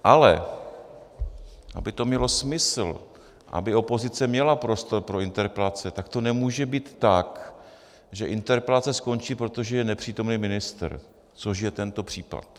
Ale aby to mělo smysl, aby opozice měla prostor pro interpelace, tak to nemůže být tak, že interpelace skončí, protože je nepřítomen ministr, což je tento případ.